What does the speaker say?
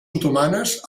otomanes